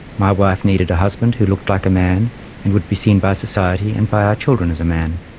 my wife needed a husband who looked like a man and would be seen by society and by our children as a man.